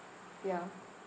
ya